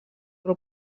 però